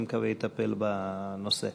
אני מקווה שיטפל בנושא.